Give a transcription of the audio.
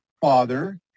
father